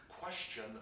question